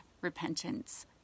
repentance